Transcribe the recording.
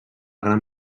gran